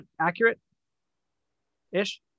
accurate-ish